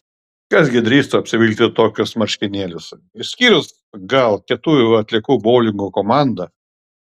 kas gi drįstų apsivilkti tokius marškinėlius išskyrus gal kietųjų atliekų boulingo komandą